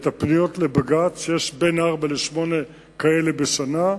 את הפניות לבג"ץ, ויש בין ארבע לשמונה כאלה בשנה,